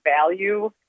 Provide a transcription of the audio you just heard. value